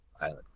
island